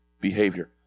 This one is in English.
behavior